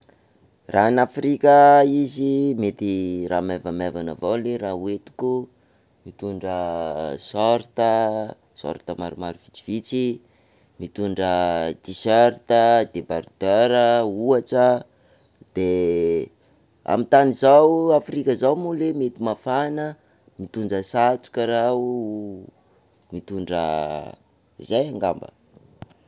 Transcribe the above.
Raha en Afrika izy mety raha maivamaivana avao ley raha hoentiko, mitondra sorta, sorta maromaro vitsivitsy, mitondra t-shirt, debardeur ohatra, amin'ny tany zao Afrika zao moa ley mety mafana, mitondra satroka r'aho, mitondra zay ngamba.